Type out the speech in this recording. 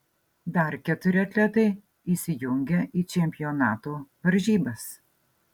dar keturi atletai įsijungia į čempionato varžybas